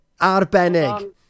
Arbenig